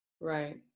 Right